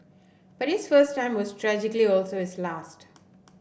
but his first time was tragically also his last